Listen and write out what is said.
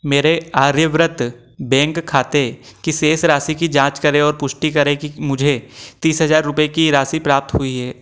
मेरे आर्यव्रत बैंक खाते की शेष राशि की जाँच करें और पुष्टि करें कि मुझे तीस हज़ार रुपये की राशि प्राप्त हुई है